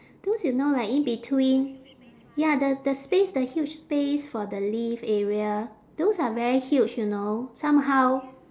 those you know like in between ya the the space the huge space for the lift area those are very huge you know somehow